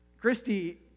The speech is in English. Christy